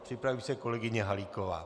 Připraví se kolegyně Halíková.